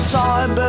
time